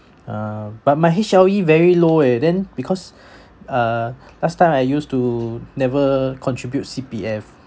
uh but my H_L_E very low eh then because uh last time I used to never contribute C_P_F